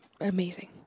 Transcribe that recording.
amazing